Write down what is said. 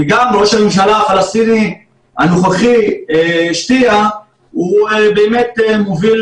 וגם ראש הממשלה הפלסטיני הנוכחי אשתייה הוא באמת מוביל